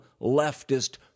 leftist